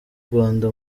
rwanda